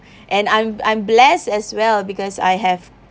and I'm I'm blessed as well because I have